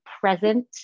present